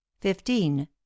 fifteen